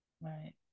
Right